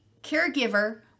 caregiver